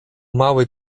mały